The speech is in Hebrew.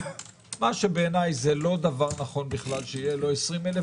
- מה שבעיניי זה לא דבר נכון שיהיה לו 20,000,